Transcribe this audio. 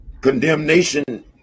Condemnation